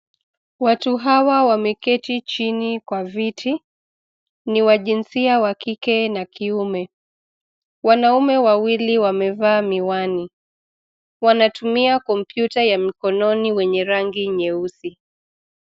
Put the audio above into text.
Watu hawa wameketi chini kwa viti, ni wa jinsia wa kike na kiume. Wanaume wawili wamevaa miwani, wanatumia kompyuta ya mkononi wenye rangi nyeusi.